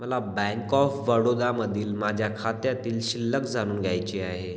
मला bank of बडोदामधील माझ्या खात्यातील शिल्लक जाणून घ्यायची आहे